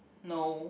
no